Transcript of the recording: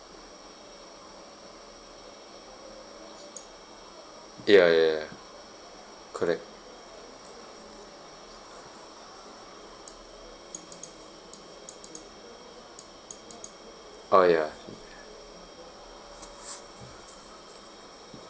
ya ya correct oh ya